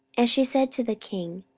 and she said to the king,